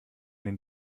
den